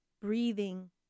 breathing